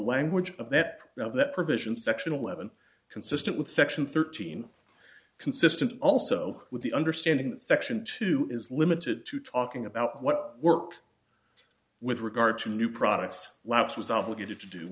language of that now that provision section eleven consistent with section thirteen consistent also with the understanding that section two is limited to talking about what work with regard to new products labs was obligated to do